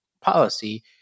policy